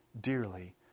dearly